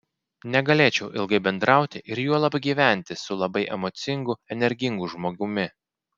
negalėčiau ilgai bendrauti ir juolab gyventi su labai emocingu energingu žmogumi